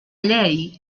llei